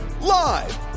Live